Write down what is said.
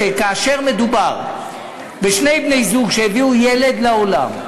כאשר מדובר בבני-זוג שהביאו ילד לעולם,